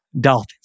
Dolphins